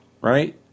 right